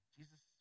Jesus